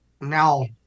now